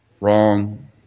Wrong